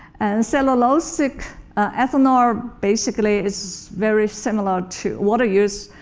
and cellulosic ethanol basically is very similar to water use,